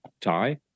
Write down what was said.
tie